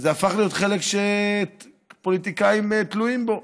וזה הפך להיות חלק שפוליטיקאים תלויים בו.